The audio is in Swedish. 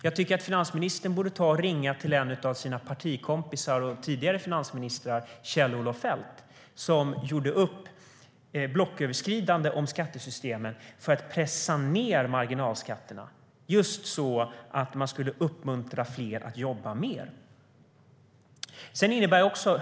Jag tycker att finansministern borde ringa till en av sina partikompisar och tidigare finansminister, Kjell-Olof Feldt, som gjorde en blocköverskridande uppgörelse om skattesystemet för att pressa ned marginalskatterna just för att uppmuntra fler att jobba mer.